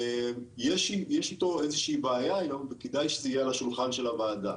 יש איתו איזושהי בעיה היום וכדאי שזה יהיה על השולחן של הוועדה.